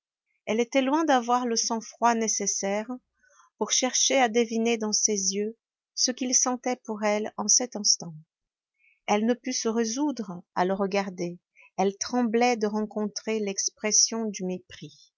elle était loin d'avoir le sang-froid nécessaire pour chercher à deviner dans ses yeux ce qu'il sentait pour elle en cet instant elle ne put se résoudre à le regarder elle tremblait de rencontrer l'expression du mépris